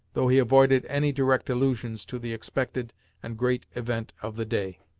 though he avoided any direct allusions to the expected and great event of the day.